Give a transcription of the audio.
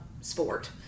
sport